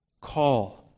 call